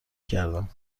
کردم